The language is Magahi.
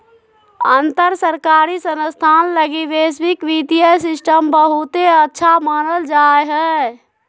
अंतर सरकारी संस्थान लगी वैश्विक वित्तीय सिस्टम बहुते अच्छा मानल जा हय